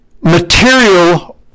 material